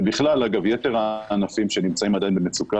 ובכלל עם יתר הענפים שנמצאים עדיין במצוקה